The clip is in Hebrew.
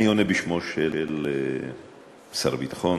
אני עונה בשמו של שר הביטחון.